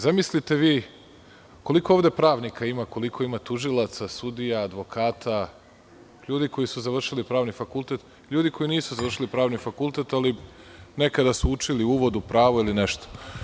Zamislite vi koliko ovde pravnika ima, koliko ima tužilaca, sudija, advokata, ljudi koji su završili pravni fakultet, ljudi koji nisu završili pravni fakultet, ali nekada su učili uvod u pravo ili nešto.